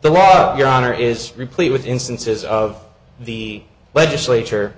the law your honor is replete with instances of the legislature